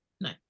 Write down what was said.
No